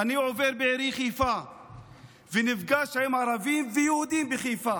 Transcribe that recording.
אני עובר בעירי חיפה ונפגש עם ערבים ויהודים בחיפה,